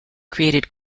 created